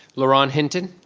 laron hinton?